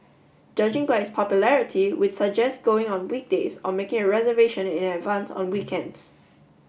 judging by its popularity we'd suggest going on weekdays or making a reservation in advance on weekends